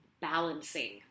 balancing